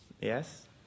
yes